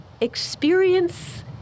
experience